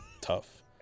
Tough